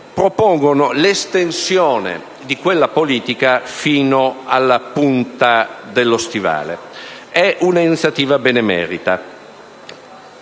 propongono l'estensione di quella politica fino alla punta dello Stivale. È un'iniziativa benemerita,